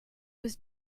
was